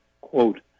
quote